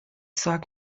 sag